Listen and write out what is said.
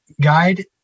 guide